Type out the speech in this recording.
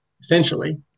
Essentially